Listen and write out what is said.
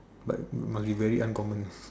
but must be very uncommon